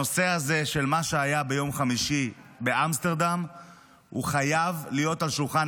הנושא הזה של מה שהיה ביום חמישי באמסטרדם חייב להיות על שולחן